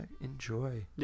enjoy